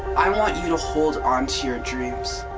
i want you to onto your dreams.